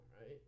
right